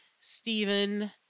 Stephen